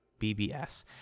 BBS